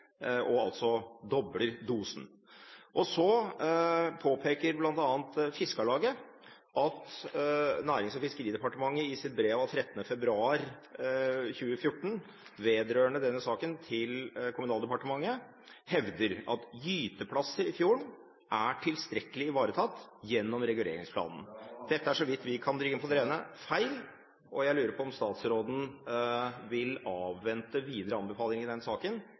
og dobler dosen. Så påpeker bl.a. Fiskarlaget at Nærings- og fiskeridepartementet hevder i sitt brev av 13. februar 2014 til Kommunaldepartementet vedrørende denne saken at gyteplasser i fjorden er tilstrekkelig ivaretatt gjennom reguleringsplanen. Dette er etter det vi kan bringe på det rene, feil, og jeg lurer på om statsråden vil avvente videre anbefaling i den saken